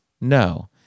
No